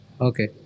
Okay